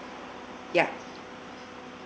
yup